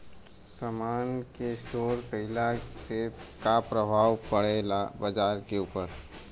समान के स्टोर काइला से का प्रभाव परे ला बाजार के ऊपर?